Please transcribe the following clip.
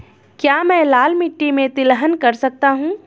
क्या मैं लाल मिट्टी में तिलहन कर सकता हूँ?